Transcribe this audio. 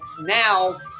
now